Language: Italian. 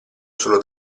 solo